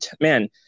man